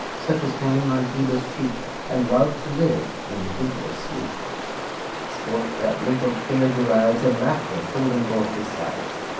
such as hang on hebe's cheek, and love to live in dimple sleek sport that wrinkled care derides, and laughter holding both his sides.